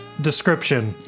description